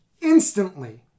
instantly